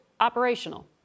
Operational